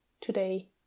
today